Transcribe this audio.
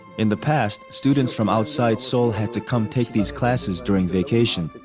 in the past, students from outside seoul had to come take these classes during vacation.